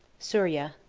surya,